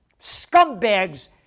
scumbags